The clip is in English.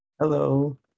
Hello